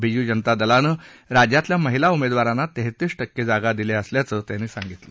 बीजू जनता दलानं राज्यातल्या महिला उमेदवारांना तेहतीस टक्के जागा दिल्या असल्याचं त्यांनी सांगितलं